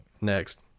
Next